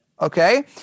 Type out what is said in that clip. Okay